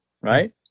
right